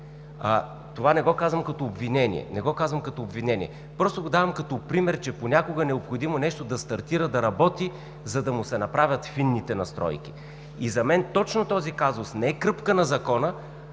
Това не го казвам като обвинение, просто го давам като пример, че понякога е необходимо нещо да стартира, да работи, за да му се направят фините настройки и за мен точно този казус не е кръпка на Закона,